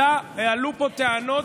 אלא הועלו פה טענות,